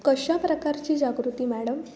कशा प्रकारची जागृती मॅडम